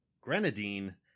grenadine